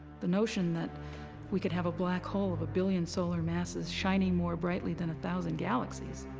the notion that we could have a black hole of a billion solar masses shining more brightly than a thousand galaxies.